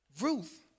Ruth